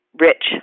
rich